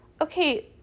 Okay